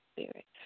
Spirit